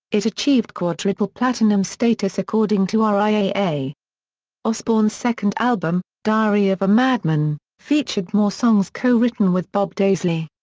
it achieved quadruple platinum status according to ah riaa. osbourne's second album, diary of a madman, featured more songs co-written with bob daisley.